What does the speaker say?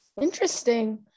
Interesting